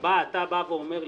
שבה אתה בא ואומר לי,